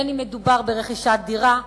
בין שמדובר ברכישת דירה,